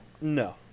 No